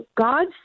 God